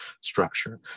structure